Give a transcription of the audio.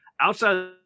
Outside